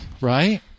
right